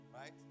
Right